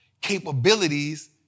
capabilities